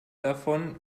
davon